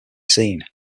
seen